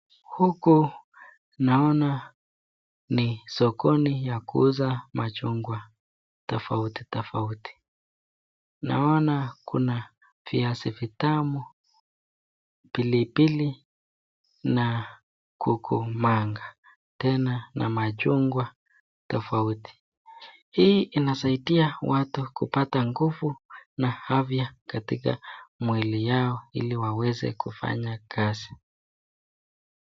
Huku naona ni sokoni ya kuuza machungwa tofauti tofauti , naona kuna viazi vitamu ,pilipili na kukumanga na machungwa tofauti, hii inasaidia watu kupata nguvu na afya katika mwili yao ili waweze kufanya kazi.